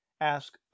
ask